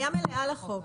הפניה מלאה לחוק.